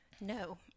no